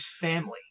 family